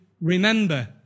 remember